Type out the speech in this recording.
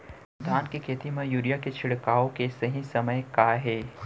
धान के खेती मा यूरिया के छिड़काओ के सही समय का हे?